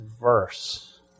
verse